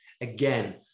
Again